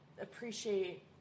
appreciate